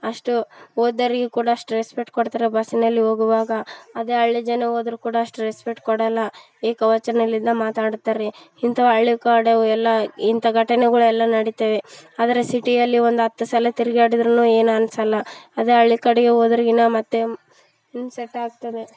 ಅಷ್ಟು ಓದ್ದೋರಿಗೂ ಅಷ್ಟು ರೆಸ್ಪೆಕ್ಟ್ ಕೊಡ್ತಾರಾ ಬಸ್ಸಿನಲ್ಲಿ ಹೋಗುವಾಗ ಅದೇ ಹಳ್ಳಿ ಜನ ಹೋದ್ರು ಕೂಡ ಅಷ್ಟು ರೆಸ್ಪೆಕ್ಟ್ ಕೊಡೋಲ್ಲ ಏಕವಚನದಿಂದ ಮಾತಾಡ್ತಾರೆ ಇಂಥವ್ ಹಳ್ಳಿ ಕಡೆವು ಎಲ್ಲ ಇಂಥ ಘಟನೆಗಳೆಲ್ಲ ನಡಿತಾವೆ ಆದರೆ ಸಿಟಿಯಲ್ಲಿ ಒಂದು ಹತ್ತು ಸಲ ತಿರ್ಗಾಡಿದ್ರು ಏನು ಅನ್ಸೋಲ್ಲ ಅದೇ ಹಳ್ಳಿ ಕಡೆಗೆ ಹೋದ್ರ್ಗಿನ ಮತ್ತು ಇನ್ಸರ್ಟ್ ಆಗ್ತದೆ